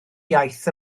iaith